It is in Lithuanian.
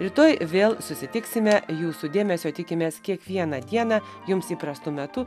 rytoj vėl susitiksime jūsų dėmesio tikimės kiekvieną dieną jums įprastu metu